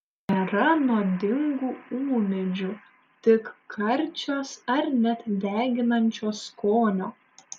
nėra nuodingų ūmėdžių tik karčios ar net deginančio skonio